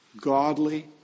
godly